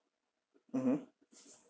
mmhmm